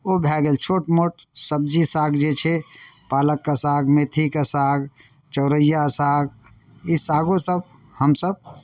ओ भए गेल छोट मोट सब्जी साग जे छै पालकके साग मेथीके साग चोरैया साग ई सागोसभ हमसभ